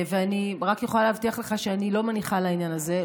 ואני רק יכולה להבטיח לך שאני לא מניחה לעניין הזה.